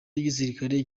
w’igisirikare